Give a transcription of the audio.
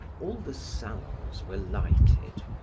all the salons were lighted.